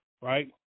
right